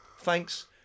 Thanks